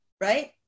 right